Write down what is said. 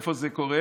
איפה זה קורה?